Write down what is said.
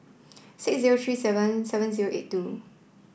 six zero three seven seven zero eight two